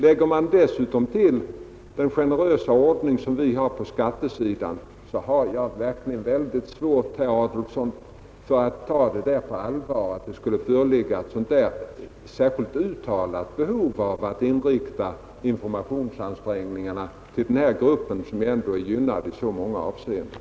Lägger man sedan till den generösa ordning vi har på skattesidan, så har jag mycket svårt, herr Adolfsson, att ta på allvar att det skulle föreligga ett speciellt uttalat behov av att inrikta informationsansträngningarna på denna grupp, som är gynnad i så många avseenden.